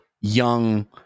young